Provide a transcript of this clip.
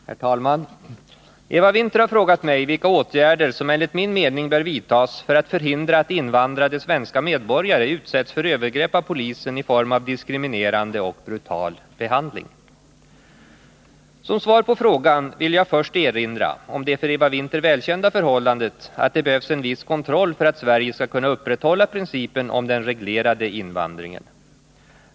Herr talman! Eva Winther har frågat mig vilka åtgärder som enligt min mening bör vidtas för att förhindra att invandrade svenska medborgare utsätts för övergrepp av polisen i form av diskriminerande och brutal behandling. Som svar på frågan vill jag först erinra om det för Eva Winther välkända förhållandet att det behövs en viss kontroll för att Sverige skall kunna upprätthålla principen om den reglerade invandringen.